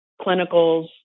clinicals